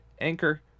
Anchor